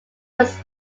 was